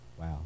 Wow